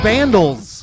Vandals